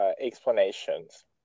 explanations